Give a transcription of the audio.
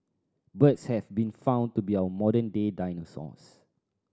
birds have been found to be our modern day dinosaurs